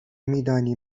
میدانی